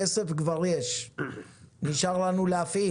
כסף כבר יש, נשאר לנו להפעיל.